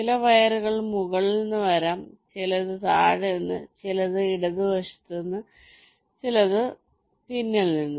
ചില വയറുകൾ മുകളിൽ നിന്ന് വരാം ചിലത് താഴെ നിന്ന് ചിലത് ഈ വശത്ത് നിന്ന് ചിലത് ഇവിടെ പിന്നിൽ നിന്ന്